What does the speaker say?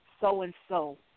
so-and-so